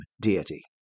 deity